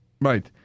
Right